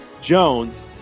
Jones